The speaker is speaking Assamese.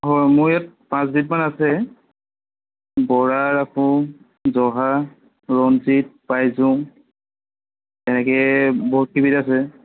হয় মোৰ ইয়াত পাঁচ বিধমান আছে বৰা ৰাখোঁ জহা ৰঞ্জিত পাইজোং তেনেকৈ বহুত কেইবিধ আছে